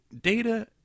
Data